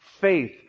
faith